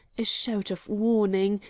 a shout of warning,